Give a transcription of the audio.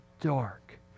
dark